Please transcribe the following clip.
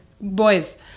boys